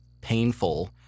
painful